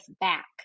back